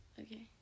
Okay